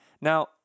Now